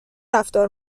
رفتار